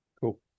Cool